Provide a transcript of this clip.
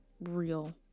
real